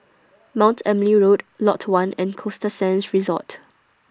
Mount Emily Road Lot one and Costa Sands Resort